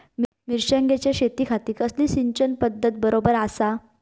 मिर्षागेंच्या शेतीखाती कसली सिंचन पध्दत बरोबर आसा?